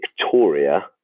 Victoria